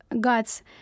gods